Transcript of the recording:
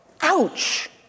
Ouch